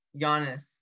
Giannis